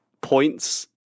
points